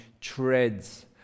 treads